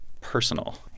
personal